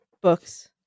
Books